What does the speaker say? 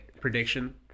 prediction